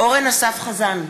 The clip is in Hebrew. אורן אסף חזן,